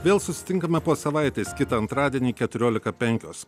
vėl susitinkame po savaitės kitą antradienį keturiolika penkios